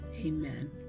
Amen